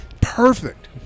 perfect